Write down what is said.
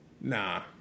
nah